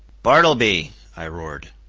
bartleby, i roared.